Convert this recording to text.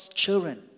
children